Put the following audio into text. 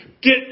get